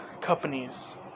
companies